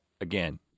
again